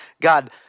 God